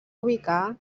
ubicar